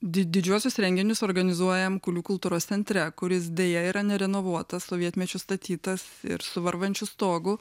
didžiuosius renginius organizuojam kulių kultūros centre kuris deja yra nerenovuotas sovietmečiu statytas ir su varvančiu stogu